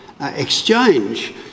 exchange